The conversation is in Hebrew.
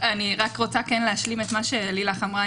אני רוצה להשלים את מה שלילך אמרה,